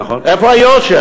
איפה היושר?